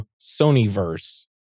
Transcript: Sony-verse